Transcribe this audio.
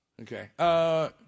Okay